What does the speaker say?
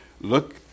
Look